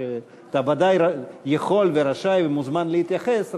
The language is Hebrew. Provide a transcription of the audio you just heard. אתה ודאי יכול ורשאי ומוזמן להתייחס,